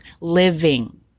living